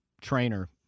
trainer